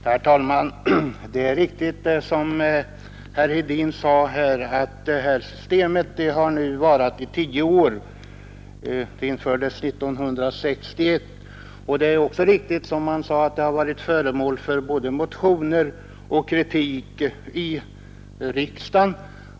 Herr talman! Det är riktigt, som herr Hedin sade, att skördeskadesystemet nu funnits i tio år. Det infördes 1961. Det är också riktigt att det varit föremål för både motioner och kritik i riksdagen.